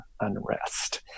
unrest